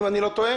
אם אני לא טועה.